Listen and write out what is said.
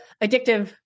addictive